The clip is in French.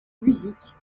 musique